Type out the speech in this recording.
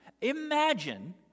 imagine